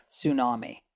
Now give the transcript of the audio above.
tsunami